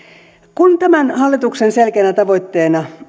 kun tämän hallituksen selkeänä tavoitteena